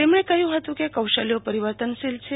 તેમણે કહ્યું હતું કે કૌશલ્યો પરિવર્તનશીલ છે